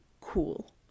cool